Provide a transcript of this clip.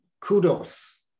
kudos